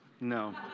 No